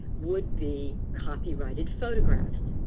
would be copyrighted photographs.